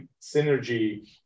synergy